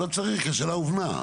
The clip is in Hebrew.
לא צריך, כי השאלה הובנה.